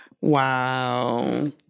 Wow